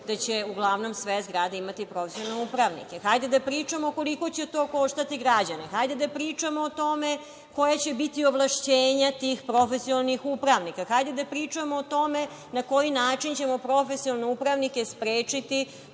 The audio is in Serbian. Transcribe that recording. da će uglavnom sve zgrade imati profesionalne upravnike. Hajde da pričamo koliko će to koštati građane. Hajde da pričamo o tome koja će biti ovlašćenja tih profesionalnih upravnika. Hajde da pričamo o tome na koji način ćemo profesionalne upravnike sprečiti